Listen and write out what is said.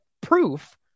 proof